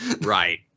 Right